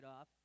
off